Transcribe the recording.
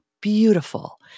Beautiful